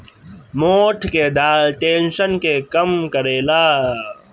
मोठ के दाल टेंशन के कम करेला